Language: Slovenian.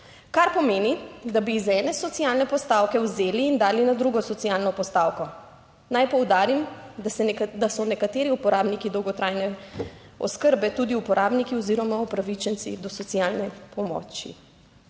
kar pomeni, da bi z ene socialne postavke vzeli in dali na drugo socialno postavko. Naj poudarim, da so nekateri uporabniki dolgotrajne oskrbe tudi uporabniki oziroma upravičenci do socialne pomoči.